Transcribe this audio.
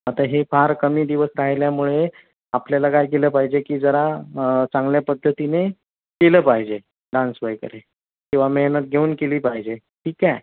आता हे फार कमी दिवस राहिल्यामुळे आपल्याला काय केलं पाहिजे की जरा चांगल्या पद्धतीने केलं पाहिजे डान्स वगैरे किंवा मेहनत घेऊन केली पाहिजे ठीक आहे